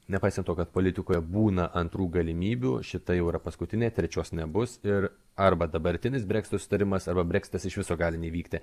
nepaisant to kad politikoje būna antrų galimybių šita jau yra paskutinė trečios nebus ir arba dabartinis breksito susitarimas arba breksitas iš viso gali nevykti